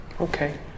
Okay